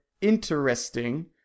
interesting